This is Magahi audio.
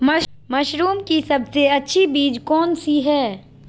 मशरूम की सबसे अच्छी बीज कौन सी है?